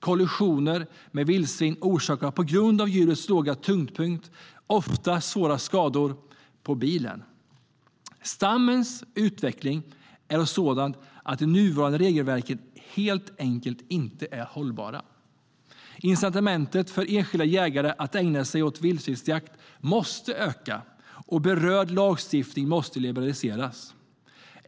Kollisioner med vildsvin orsakar, på grund av djurets låga tyngdpunkt, ofta svåra skador på bilen. Stammens utveckling är sådan att de nuvarande regelverken helt enkelt inte är hållbara. Incitamentet för enskilda jägare att ägna sig åt vildsvinsjakt måste öka, och berörd lagstiftning måste liberaliseras.